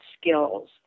skills